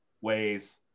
ways